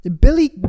Billy